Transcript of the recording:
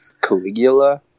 Caligula